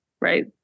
right